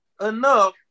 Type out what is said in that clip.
enough